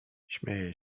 śmieje